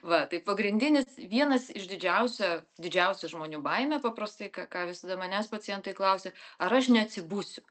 va tai pagrindinis vienas iš didžiausia didžiausia žmonių baimė paprastai ką ką visada manęs pacientai klausia ar aš neatsibusiu